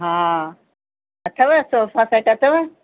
हा अथव sofa set अथव